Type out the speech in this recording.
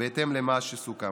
בהתאם למה שסוכם.